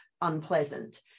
unpleasant